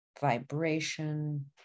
vibration